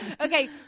Okay